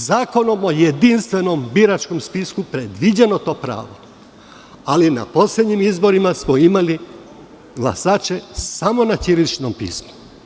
Zakonom o jedinstvenom biračkom spisku predviđeno je to pravo ali na poslednjim izborima smo imali glasače samo na ćiriličnom pismu.